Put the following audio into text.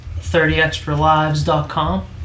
30extralives.com